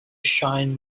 shine